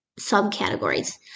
subcategories